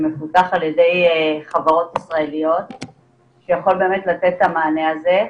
שמפותח על ידי חברות ישראליות ויכול לתת באמת את המענה הזה.